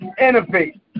innovate